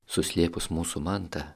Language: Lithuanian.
suslėpus mūsų mantą